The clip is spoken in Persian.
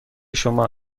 شما